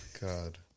god